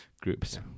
groups